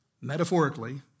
metaphorically